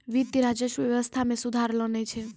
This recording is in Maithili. वित्त, राजस्व व्यवस्था मे सुधार लानै छै